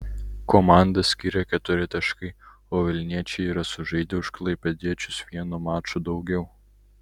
komandas skiria keturi taškai o vilniečiai yra sužaidę už klaipėdiečius vienu maču daugiau